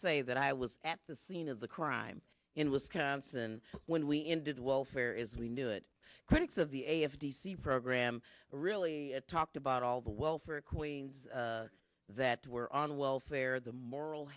say that i was at the scene of the crime in wisconsin when we ended welfare is we knew it critics of the a f d c program really talked about all the welfare queens that were on welfare the moral